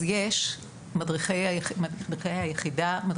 כל